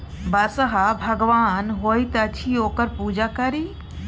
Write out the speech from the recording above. बसहा भगवान होइत अछि ओकर पूजा करी